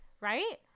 Right